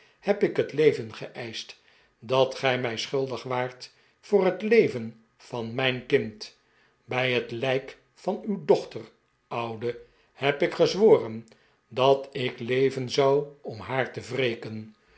heb ik het leven geeischt dat gij mij schuldig waart voor het leven van mijn kind bij het lijk van uw dochter oude heb ik gezworen dat ik leven zou om haar te